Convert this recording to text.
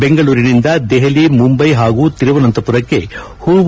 ಬೆಂಗಳೂರಿನಿಂದ ದೆಹಲಿ ಮುಂಬಯಿ ಹಾಗೂ ತಿರುವನಂತಪುರಕ್ಕೆ ಹೂವು